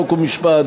חוק ומשפט,